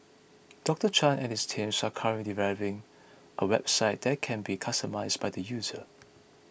Doctor Chan and his teams are currently developing a website that can be customised by the user